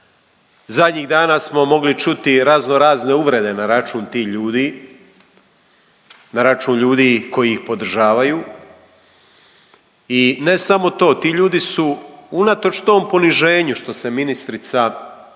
Zadnjih dana smo mogli čuti razno razne uvrede na račun tih ljudi, na račun ljudi koji ih podržavaju i ne samo to. Ti ljudi su unatoč tom poniženju što se ministrica nije